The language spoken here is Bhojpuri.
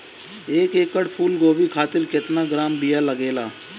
एक एकड़ फूल गोभी खातिर केतना ग्राम बीया लागेला?